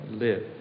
live